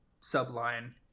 subline